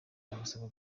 bagasabwa